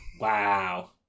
Wow